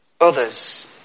others